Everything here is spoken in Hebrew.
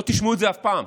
לא תשמעו את זה אף פעם.